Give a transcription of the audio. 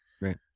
right